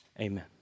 Amen